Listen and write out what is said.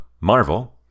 Marvel